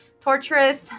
torturous